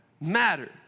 matter